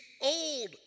old